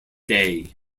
day